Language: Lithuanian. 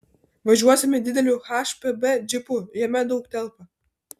važiuosime dideliu hpb džipu jame daug telpa